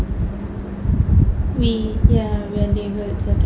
we ya we are labelled